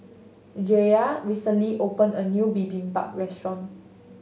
Jaye recently opened a new Bibimbap Restaurant